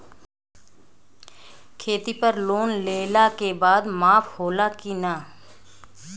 खेती पर लोन लेला के बाद माफ़ होला की ना?